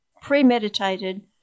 Premeditated